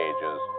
Ages